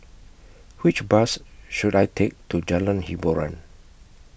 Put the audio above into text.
Which Bus should I Take to Jalan Hiboran